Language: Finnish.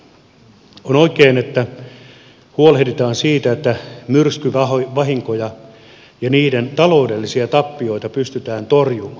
on oikein että huolehditaan siitä että myrskyvahinkoja ja niiden taloudellisia tappioita pystytään torjumaan